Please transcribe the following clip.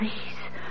please